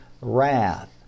wrath